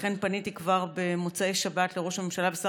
לכן פניתי כבר במוצאי שבת לראש הממשלה ולשר